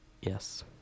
Yes